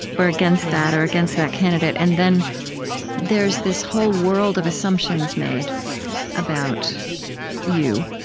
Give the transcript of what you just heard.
or against that, or against that candidate. and then there's this whole world of assumptions made about you.